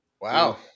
Wow